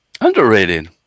Underrated